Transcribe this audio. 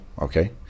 okay